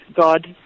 God